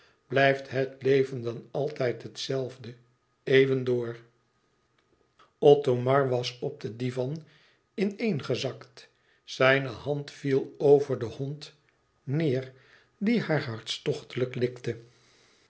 blijft het leven dan altijd het zelfde eeuwen door othomar was op den divan in-een gezakt zijne hand viel over den hond neèr die haar hartstochtelijk likte